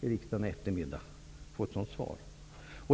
i riksdagen denna eftermiddag, när jag får ett sådant svar.